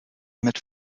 mit